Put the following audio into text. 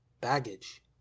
baggage